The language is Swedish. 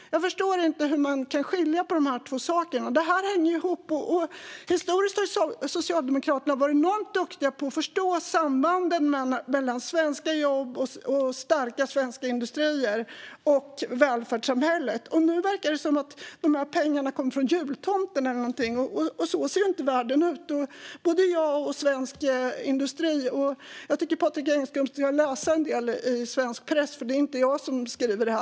Jag förstår inte hur man kan skilja på de två sakerna. Det hänger ihop. Historiskt har Socialdemokraterna varit enormt duktiga på att förstå sambandet mellan svenska jobb, starka svenska industrier och välfärdssamhället. Nu verkar det som att de pengarna kommer från jultomten eller någonting, och så ser inte världen ut. Jag tycker att Patrik Engström ska läsa en del i svensk press. Det är inte jag som skriver detta.